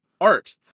Art